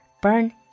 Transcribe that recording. Burn